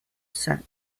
said